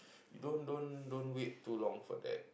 don't don't don't wait too long for that